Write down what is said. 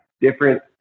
different